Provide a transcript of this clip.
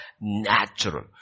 natural